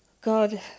God